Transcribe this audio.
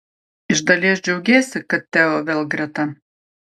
iš dalies džiaugiesi kad teo vėl greta